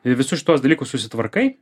visus šituos tuos dalykus susitvarkai